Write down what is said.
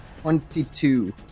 Twenty-two